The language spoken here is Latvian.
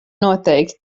noteikti